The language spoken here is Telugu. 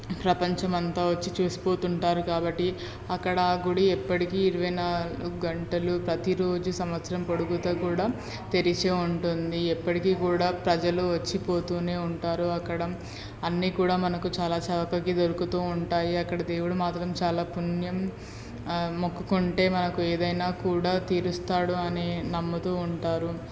ప్రపంచమంతా వచ్చి చూసిపోతుంటారు కాబట్టి అక్కడ గుడి ఎప్పటికీ ఇరవై నాలుగు గంటలు ప్రతిరోజూ సంవత్సరం పొడుగుతా కూడా తెరిచే ఉంటుంది ఎప్పటికీ కూడా ప్రజలు వచ్చిపోతూనే ఉంటారు అక్కడ అన్నీ కూడా మనకి చాలా చౌకకి దొరుకుతూ ఉంటాయి అక్కడ దేవుడు మాత్రం చాలా పుణ్యం మొక్కుకుంటే మనకి ఏదైనా కూడా తీరుస్తాడు అనే నమ్ముతూ ఉంటారు